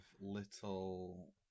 little